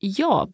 ja